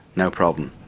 no problem.